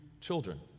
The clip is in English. children